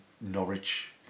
Norwich